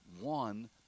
one